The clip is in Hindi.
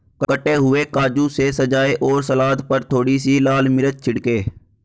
कटे हुए काजू से सजाएं और सलाद पर थोड़ी सी लाल मिर्च छिड़कें